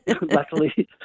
luckily